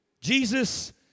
Jesus